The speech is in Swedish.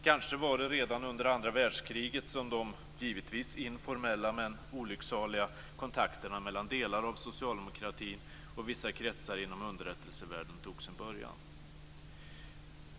Kanske var det redan under andra världskriget som de givetvis informella men olycksaliga kontakterna mellan delar av socialdemokratin och vissa kretsar inom underrättelsevärlden tog sin början.